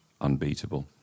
unbeatable